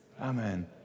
Amen